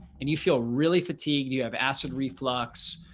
and you feel really fatigued, you have acid reflux,